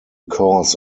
cause